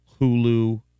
Hulu